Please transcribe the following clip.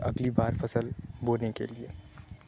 اگلی بار فصل بونے کے لیے